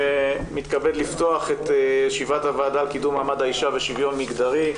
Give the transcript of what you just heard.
מתכבד לפתוח את ישיבת הוועדה לקידום מעמד האשה ושוויון מגדרי.